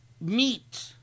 meat